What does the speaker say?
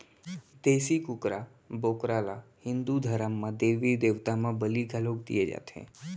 देसी कुकरा, बोकरा ल हिंदू धरम म देबी देवता म बली घलौ दिये जाथे